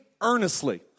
earnestly